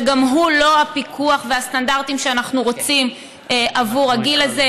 וגם הוא לא הפיקוח והסטנדרטים שאנחנו רוצים עבור הגיל הזה,